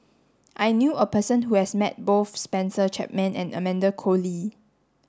I knew a person who has met both Spencer Chapman and Amanda Koe Lee